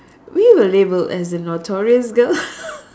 we were labelled as the notorious girl